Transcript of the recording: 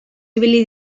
ibili